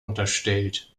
unterstellt